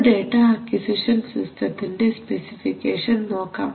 ഒരു data acquisition സിസ്റ്റത്തിൻറെ specification നോക്കാം